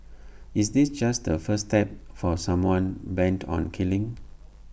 is this just the first step for someone bent on killing